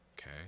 okay